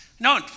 No